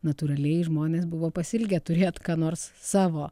natūraliai žmonės buvo pasiilgę turėt ką nors savo